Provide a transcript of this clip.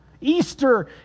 Easter